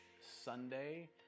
Sunday